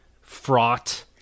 fraught